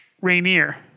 Rainier